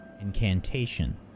incantation